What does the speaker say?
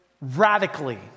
radically